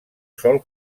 sol